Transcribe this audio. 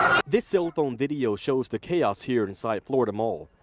this cell phone video shows the chaos here inside florida mall.